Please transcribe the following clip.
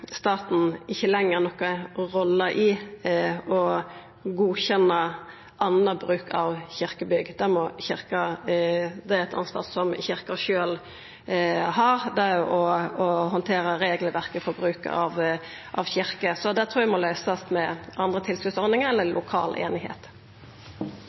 Staten har ikkje lenger noka rolle i å godkjenna anna bruk av kyrkjebygg. Å handtera regelverket for bruk av kyrkjer er eit ansvar som kyrkja sjølv har, så det trur eg må løysast med andre tilskotsordningar eller